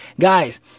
Guys